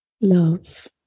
love